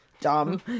Dumb